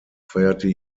feierte